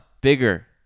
Bigger